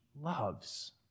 loves